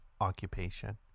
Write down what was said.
occupation